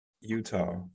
Utah